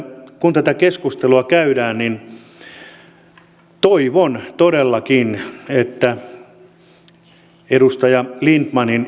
kun tätä keskustelua käydään niin toivon todellakin että edustaja lindtmanin